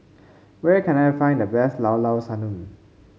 where can I find the best Llao Llao Sanum